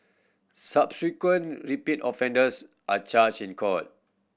subsequent repeat offenders are charged in court